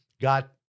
got